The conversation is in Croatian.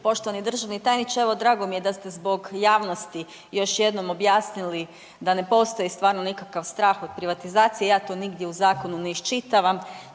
Poštovani državni tajniče evo drago mi je da ste zbog javnosti još jednom objasnili da ne postoji stvarno nikakav strah od privatizacije, ja to nigdje u zakonu ne iščitavam